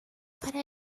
para